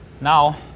Now